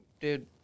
dude